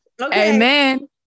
Amen